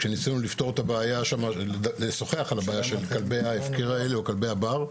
כששוחחנו על הבעיה של כלבי ההפקר או כלבי הבר.